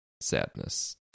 sadness